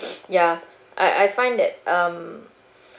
ya I I find that um